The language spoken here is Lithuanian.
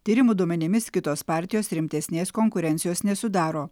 tyrimų duomenimis kitos partijos rimtesnės konkurencijos nesudaro